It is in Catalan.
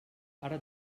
ara